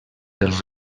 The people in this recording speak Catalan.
dels